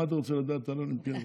מה אתה רוצה לדעת על האולימפיאדה,